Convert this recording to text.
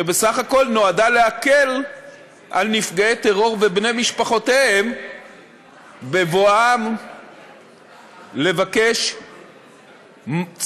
שבסך הכול נועדה להקל על נפגעי טרור ובני משפחותיהם בבואם לבקש צדק